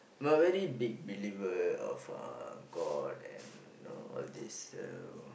I'm a very big believer of uh god and know all this so